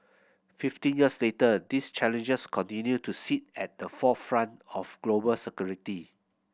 fifteen years later these challenges continue to sit at the forefront of global security